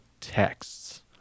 texts